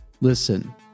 Listen